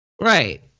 Right